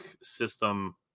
system